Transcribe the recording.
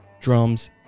drums